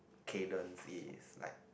Caden is like